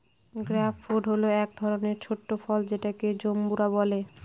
grape fruit হল এক ধরনের ছোট ফল যাকে জাম্বুরা বলে